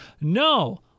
No